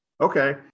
okay